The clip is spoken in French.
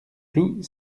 cloud